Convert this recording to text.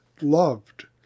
loved